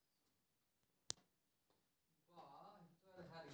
मसाला के लेल मिरचाई के खेती करे क लेल कोन परभेद सब निक होयत अछि?